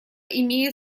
имеет